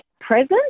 present